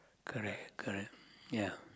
correct correct ya